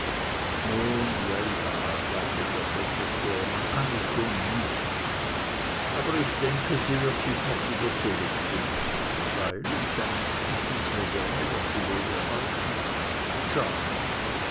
nun ja ja sagte der professor man kann es so nennen aber ich denke sie wird sich noch wieder zurückfinden freilich einen stich ins moderne wird sie wohl behalten schade